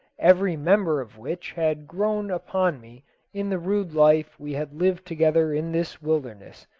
every member of which had grown upon me in the rude life we had lived together in this wilderness,